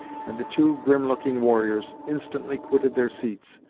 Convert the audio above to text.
and the two grim-looking warriors instantly quitted their seats,